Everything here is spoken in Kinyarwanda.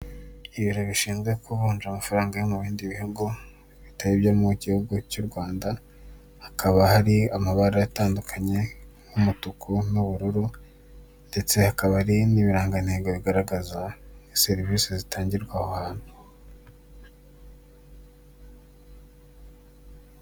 Ibiro bishinzwe ku kuvunja amafaranga yo mu bindi bihugu bitari ibyo mu gihugu cy'u Rwanda, hakaba hari amabara atandukanye nk'umutuku n'ubururu ndetse hakaba ari n'ibirangantego bigaragaza serivise zitangirwa aho hantu.